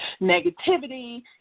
negativity